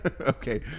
Okay